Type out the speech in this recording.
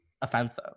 offensive